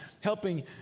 helping